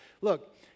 Look